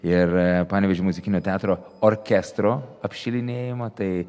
ir panevėžio muzikinio teatro orkestro apšilinėjimą tai